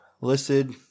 listed